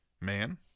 Man